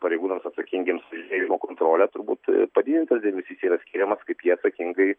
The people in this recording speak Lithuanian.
pareigūnams atsakingiems už eismo kontrolę turbūt padidintas dėmesys yra skiriamas kaip jie atsakingai